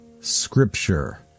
Scripture